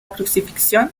crucifixión